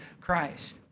christ